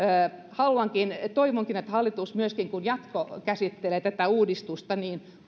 toivonkin että hallitus myöskin kun jatkokäsittelee tätä uudistusta